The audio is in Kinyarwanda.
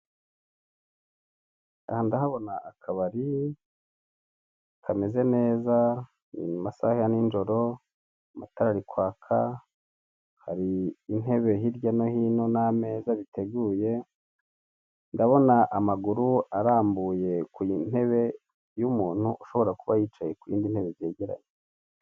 Aha ndahabona akabari kameze neza, ni mu masaha ya nijoro, amatara ari kwaka, hari intebe hirya no hino n'ameza biteguye, ndabona amaguru arambuye ku ntebe y'umuntu ushobora kuba yicaye ku yindi ntebe byegeranye.